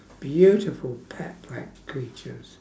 beautiful pet like creatures